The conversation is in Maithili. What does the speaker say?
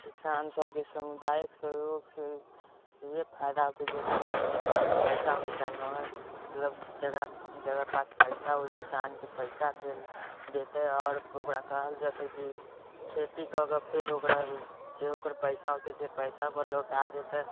किसान सबके समुदायिक सहयोग से इहे फायदा होते जे किसान के पास पैसा उसा चाहे ना लगते जेकरा जेकरा पास पैसा ओय किसान के पैसा देते और ओकरा कहल जेतय की खेती कऽ के फेर ओकरा जे ओकरा पैसा अऔते से पैसा ओकरा लौटा देतय